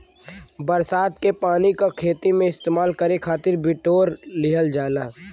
बरसात के पानी क खेती में इस्तेमाल करे खातिर बिटोर लिहल जाला